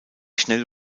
schnelle